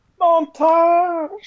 Montage